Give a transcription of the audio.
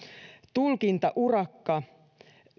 tulkintaurakka